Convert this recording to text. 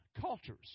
cultures